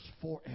forever